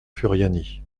furiani